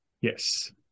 Yes